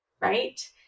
right